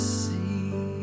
see